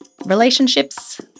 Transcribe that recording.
Relationships